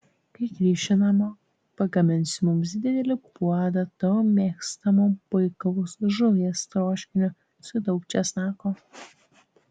kai grįši namo pagaminsiu mums didelį puodą tavo mėgstamo puikaus žuvies troškinio su daug česnako